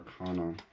Arcana